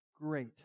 great